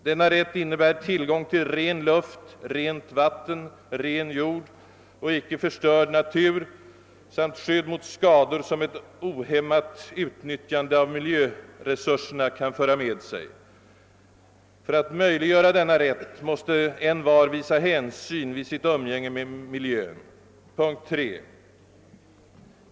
Denna rätt innebär tillgång till ren luft, rent vatten, ren jord och icke förstörd natur samt skydd mot skador som ett ohämmat utnyttjande av miljöresurserna kan föra med sig. För att möjliggöra denna rätt måste envar visa hänsyn vid sitt umgänge med miljön. II.